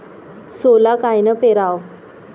सोला कायनं पेराव?